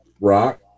Rock